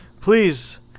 Please